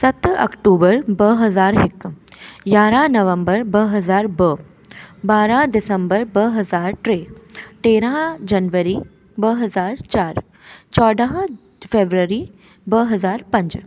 सत अक्टूबर ब हज़ार हिक यारहं नवम्बर ब हज़ार ब बारहं दिसम्बर ब हज़ार टे तेरहं जनवरी ब हज़ार चारि चोॾहं फ़रवरी ब हज़ार पंज